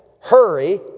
hurry